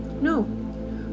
no